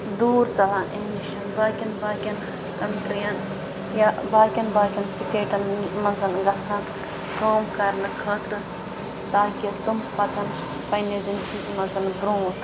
دوٗر ژَلان امہِ نِشن باقین باقین کنڑرین یا باقین باقین سِٹیٹن منٛز گَژھان کٲم کَرنہٕ خٲطرٕ تاکہِ تِم پَکن پنٛنہِ زِندگی منٛز برونٹھ